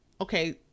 okay